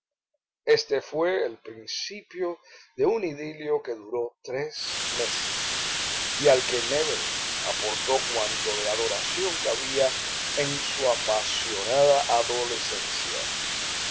este fué el principio de un idilio que duró tres meses y al que nébel aportó cuanto de adoración cabía en su apasionada adolescencia